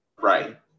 Right